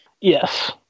Yes